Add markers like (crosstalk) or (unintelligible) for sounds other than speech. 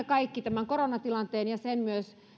(unintelligible) kaikki tämän koronatilanteen ja